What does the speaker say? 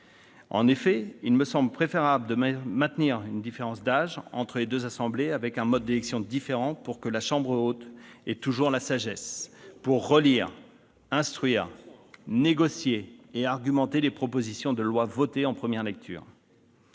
En effet, il me semble préférable de maintenir une différence d'âge entre les deux assemblées, avec un mode d'élection différent, pour que la chambre haute fasse toujours preuve de sagesse pour relire, instruire, négocier et débattre des propositions de lois votées en première lecture.